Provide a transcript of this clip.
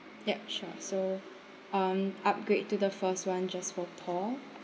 yup sure so um upgrade to the first [one] just for paul